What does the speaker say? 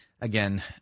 again